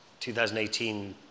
2018